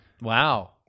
wow